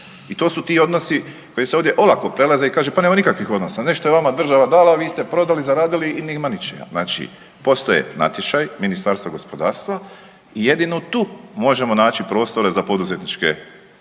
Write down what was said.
I to su ti odnosi koji se ovdje olako prelaze i kaže pa nema nikakvih odnosa, nešto je vama država dala, vi ste prodali, zaradili i nema ničega. Znači postoje natječaji Ministarstva gospodarstva i jedino tu možemo naći prostora za poduzetničku